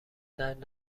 درد